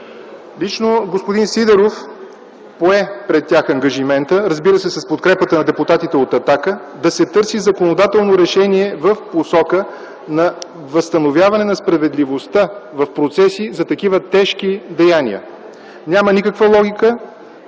Лично господин Сидеров пое пред тях ангажимента, разбира се, с подкрепата на депутатите от „Атака”, да се търси законодателно решение в посока на възстановяване на справедливостта в процеси за такива тежки деяния. Няма никаква логика